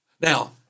Now